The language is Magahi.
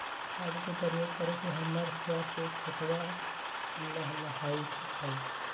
खाद के प्रयोग करे से हम्मर स के खेतवा लहलाईत हई